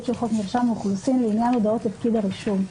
של חוק מרשם האוכלוסין לעניין הודעות לפקיד הרישום.